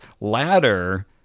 ladder